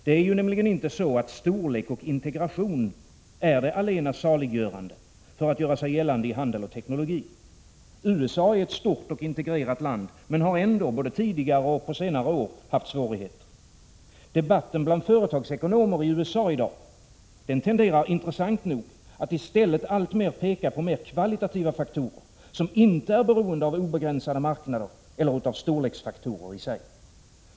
Det är nämligen inte så att storlek och integration är det allena saliggörande när det gäller att göra sig gällande inom handel och teknologi. USA är ett stort och integrerat land men har ändå — både tidigare och på senare år — haft svårigheter. Debatten bland företagsekonomer i USA i dag tenderar intressant nog att i stället alltmer peka på kvalitativa faktorer som inte är beroende av obegränsade marknader eller av storleksfaktorer i sig.